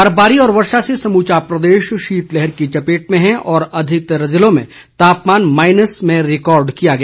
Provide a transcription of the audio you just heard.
बर्फबारी व वर्षा से समूचा प्रदेश शीतलहर की चपेट में है और अधिकतर जिलों में तापमान माईनस में रिकॉर्ड किया गया